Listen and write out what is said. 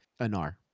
Anar